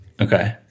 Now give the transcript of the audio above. Okay